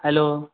hello